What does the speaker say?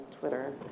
Twitter